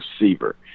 receiver